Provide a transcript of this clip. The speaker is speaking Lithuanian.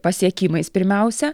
pasiekimais pirmiausia